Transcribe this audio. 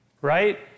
right